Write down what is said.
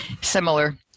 similar